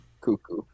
cuckoo